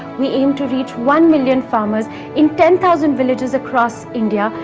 we aim to reach one million farmers in ten thousand villages across india,